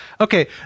okay